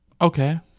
okay